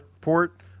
port